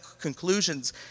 conclusions